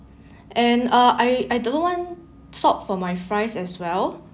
and uh I I don't want salt for my fries as well